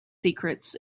secrets